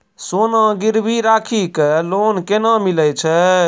सोना गिरवी राखी कऽ लोन केना मिलै छै?